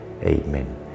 Amen